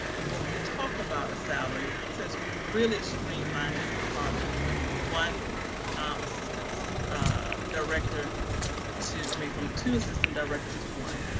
while we talk about a salary, since we really streamlined this department, we went from one assistance director to, i mean, from two assistant directors to one,